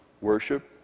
Worship